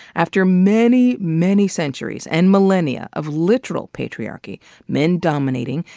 after many, many centuries, and millennia, of literal patriarchy men dominating,